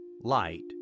light